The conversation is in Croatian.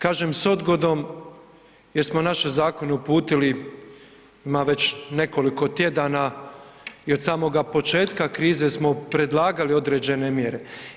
Kažem s odgodom, jer smo naše zakone uputili, ima već nekoliko tjedana i od samoga početka krize smo predlagali određene mjere.